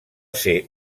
ser